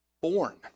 born